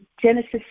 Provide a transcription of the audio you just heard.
Genesis